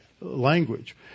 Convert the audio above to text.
language